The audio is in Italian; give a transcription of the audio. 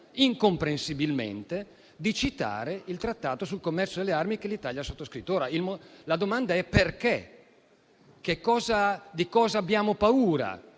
incomprensibilmente di omettere di citare il Trattato sul commercio delle armi che l'Italia ha sottoscritto. La domanda è: perché? Di cosa abbiamo paura,